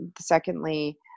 Secondly